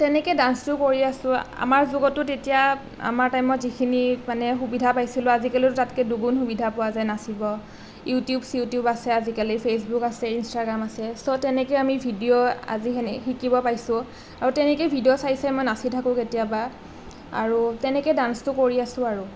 তেনেকৈ ডান্সটো কৰি আছোঁ আমাৰ যুগতো তেতিয়া আমাৰ টাইমত যিখিনি মানে সুবিধা পাইছিলোঁ আজিকালিতো তাতকে দুগুণ সুবিধা পোৱা যায় নাচিব ইউটিউব চিউটিউব আছে আজিকালি ফেচবুক আছে ইনষ্টাগ্ৰাম আছে ছ' তেনেকৈ আমি ভিডিঅ' আজি শিকিব পাইছোঁ আৰু তেনেকে ভিডিঅ' চাই চাই মই নাচি থাকোঁ কেতিয়াবা আৰু তেনেকৈ ডান্সটো কৰি আছো আৰু